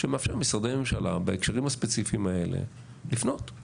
שמאפשר למשרדי הממשלה בהקשרים הספציפיים האלה לפנות?